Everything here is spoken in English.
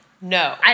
No